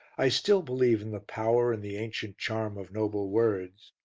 i still believe in the power and the ancient charm of noble words.